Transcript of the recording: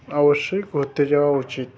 অবশ্যই ঘুরতে যাওয়া উচিত